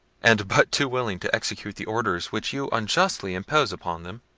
and but too willing to execute the orders which you unjustly imposed upon them.